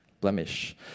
blemish